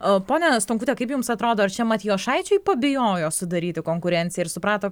o ponia stonkute kaip jums atrodo ar čia matijošaičiui pabijojo sudaryti konkurenciją ir suprato